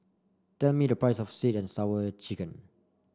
tell me the price of sweet and Sour Chicken